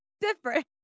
different